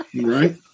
Right